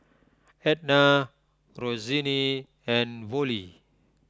Etna Roseanne and Vollie